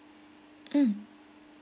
mm